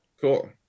Cool